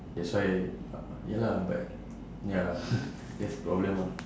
that's why ya lah but ya that's the problem ah